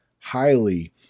highly